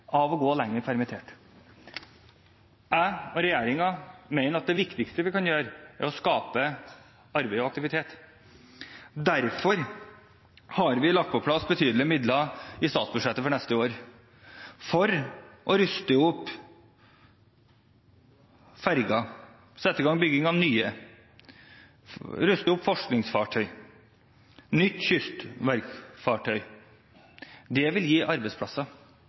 av å gå lenger permittert. Jeg og regjeringen mener at det viktigste vi kan gjøre, er å skape arbeid og aktivitet. Derfor har vi lagt på plass betydelige midler i statsbudsjettet for neste år, for å ruste opp ferger og sette i gang bygging av nye, ruste opp forskningsfartøy, nytt kystverksfartøy. Det vil gi arbeidsplasser.